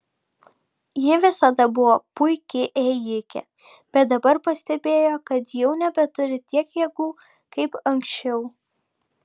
ji visada buvo puiki ėjike bet dabar pastebėjo kad jau nebeturi tiek jėgų kaip anksčiau